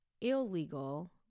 illegal